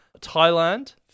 Thailand